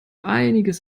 einiges